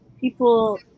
people